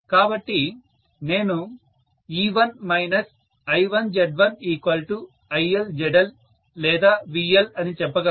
కాబట్టి నేను E1 I1Z1ILZL లేదా VL అని చెప్పగలను